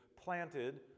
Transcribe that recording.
planted